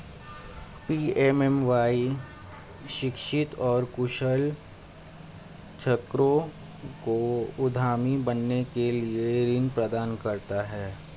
PMMY शिक्षित और कुशल श्रमिकों को उद्यमी बनने के लिए ऋण प्रदान करता है